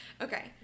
Okay